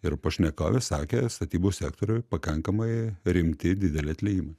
ir pašnekovė sakė statybų sektoriuje pakankamai rimti dideli atlyginimai